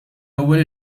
ewwel